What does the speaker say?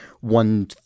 one